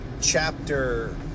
chapter